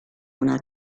una